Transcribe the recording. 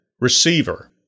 receiver